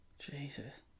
Jesus